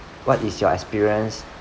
what is your experience